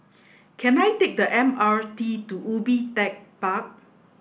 can I take the M R T to Ubi Tech Park